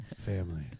Family